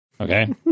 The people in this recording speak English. okay